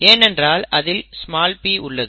ஏனென்றால் அதில் p உள்ளது